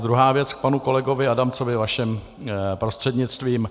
Druhá věc k panu kolegovi Adamcovi vaším prostřednictvím.